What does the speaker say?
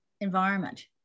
environment